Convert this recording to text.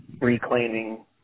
reclaiming